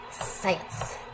Science